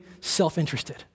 self-interested